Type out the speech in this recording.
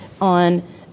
on